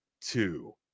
two